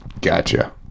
gotcha